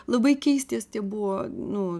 labai keistis tie buvo nu